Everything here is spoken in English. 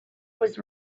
was